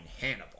Hannibal